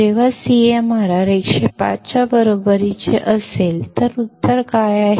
जेव्हा CMRR 105 च्या बरोबरीचे असेल तर उत्तर काय आहे